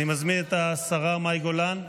אני מזמין את השרה מאי גולן.